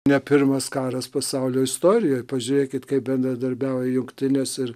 ne pirmas karas pasaulio istorijoj pažiūrėkit kaip bendradarbiauja jungtinės ir